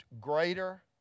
greater